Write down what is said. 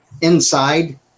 inside